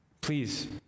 please